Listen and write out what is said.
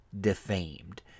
defamed